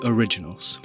Originals